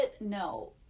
No